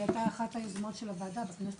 זו הייתה אחת היוזמות של הוועדה בכנסת